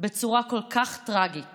בצורה כל כך טראגית